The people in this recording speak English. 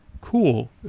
Cool